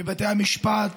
בבתי המשפט,